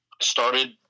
started